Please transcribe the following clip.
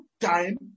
time